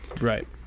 Right